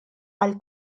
għall